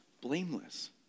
blameless